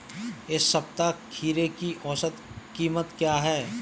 इस सप्ताह खीरे की औसत कीमत क्या है?